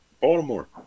Baltimore